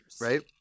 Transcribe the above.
right